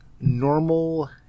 normal